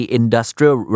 industrial